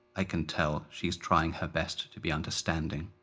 i can tell she's trying her best to be understanding,